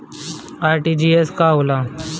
RTGS का होला?